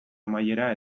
amaiera